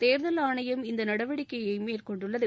தேர்தல் ஆணையம் இந்த நடவடிக்கையை மேற்கொண்டுள்ளது